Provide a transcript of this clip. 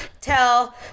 tell